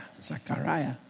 Zachariah